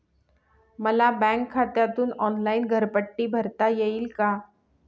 मला बँक खात्यातून ऑनलाइन घरपट्टी भरता येईल का?